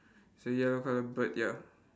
it's a yellow coloured bird ya